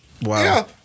wow